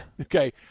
Okay